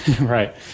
Right